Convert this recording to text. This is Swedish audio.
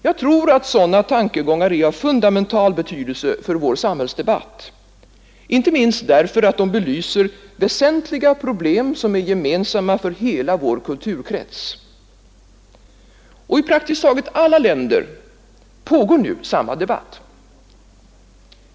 Jag tror att sådana tankegångar är av fundamental betydelse för vår samhällsdebatt, inte minst därför att de belyser väsentliga problem som är gemensamma för hela vår kulturkrets. Och i praktiskt taget alla dess länder pågår nu samma debatt.